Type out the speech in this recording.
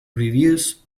reviews